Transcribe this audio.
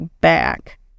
back